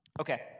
Okay